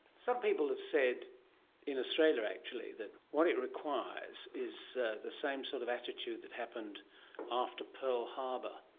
some people have said in australia actually that what it requires is the same sort of attitude that happened after pearl harbour.